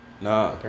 Nah